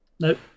Nope